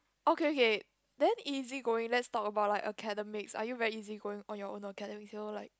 okay okay then easy going let's talk about like academics are you very easygoing on your own academics you know like